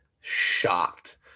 shocked